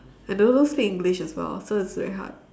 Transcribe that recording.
and they don't speak english as well so it's very hard